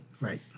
Right